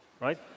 right